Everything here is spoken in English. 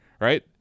right